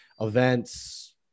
events